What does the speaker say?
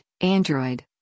Android